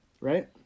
right